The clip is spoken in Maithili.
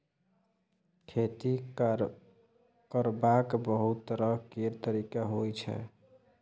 खेती करबाक बहुत तरह केर तरिका होइ छै